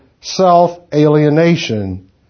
self-alienation